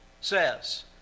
says